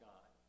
God